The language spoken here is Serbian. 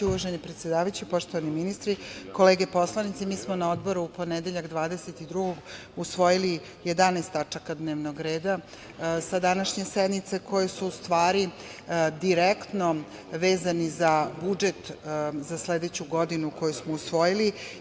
Uvaženi predsedavajući, poštovani ministri, kolege poslanici, mi smo na odboru u ponedeljak, 22. novembra, usvojili 11 tačaka dnevnog reda sa današnje sednice koje su u stvari direktno vezane za budžet za sledeću godinu koji smo usvojili.